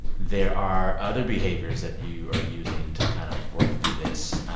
there are other behaviors that you are using to kind of work through this.